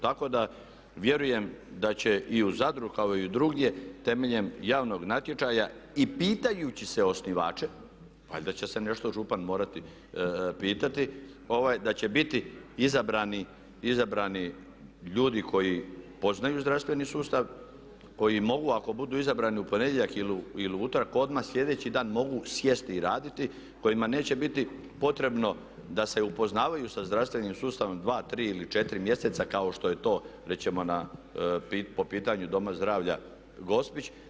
Tako da vjerujem da će i u Zadru kao i drugdje temeljem javnog natječaja i pitajući se osnivače, valjda će se nešto župan morati pitati, da će biti izabrani ljudi koji poznaju zdravstveni sustav, koji mogu ako budu izabrani u ponedjeljak ili u utorak odmah sljedeći dan mogu sjesti i raditi, kojima neće biti potrebno da se upoznaju sa zdravstvenim sustavom dva, tri ili četiri mjeseca kao što je to reći ćemo po pitanju Doma zdravlja Gospić.